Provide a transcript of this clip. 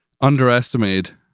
underestimated